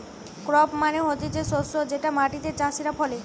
crop মানে হতিছে শস্য যেটা মাটিতে চাষীরা ফলে